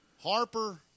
Harper